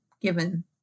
given